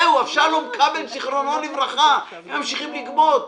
זהו, שלום כבל ז"ל, והם ממשיכים לגבות.